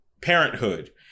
parenthood